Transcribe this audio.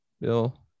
Bill